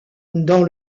dans